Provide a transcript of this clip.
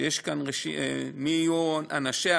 שיש כאן רשימה מי יהיו אנשיה,